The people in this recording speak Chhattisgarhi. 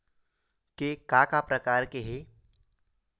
के का का प्रकार हे?